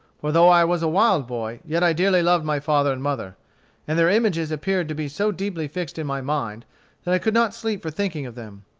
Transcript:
for though i was a wild boy, yet i dearly loved my father and mother and their images appeared to be so deeply fixed in my mind that i could not sleep for thinking of them.